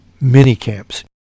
mini-camps